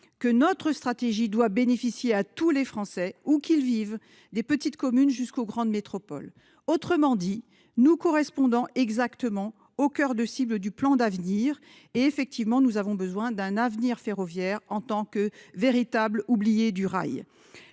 que « notre stratégie doit bénéficier à tous les Français, où qu'ils vivent, des petites communes jusqu'aux grandes métropoles ». Autrement dit, nous correspondons exactement au coeur de cible du plan d'avenir. Nous avons en effet besoin d'un avenir ferroviaire, en tant que véritables oubliés du rail.